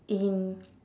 in